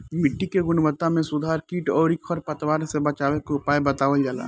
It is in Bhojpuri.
मिट्टी के गुणवत्ता में सुधार कीट अउरी खर पतवार से बचावे के उपाय बतावल जाला